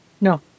No